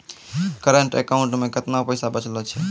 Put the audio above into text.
Current account मे केतना पैसा बचलो छै?